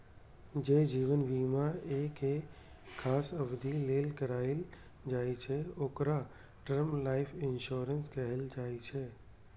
जे जीवन बीमा एक खास अवधि लेल कराएल जाइ छै, ओकरा टर्म लाइफ इंश्योरेंस कहल जाइ छै